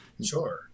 Sure